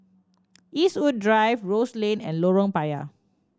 Eastwood Drive Rose Lane and Lorong Payah